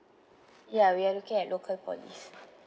ya we are looking at local poly